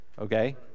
okay